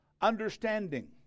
understanding